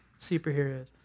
superheroes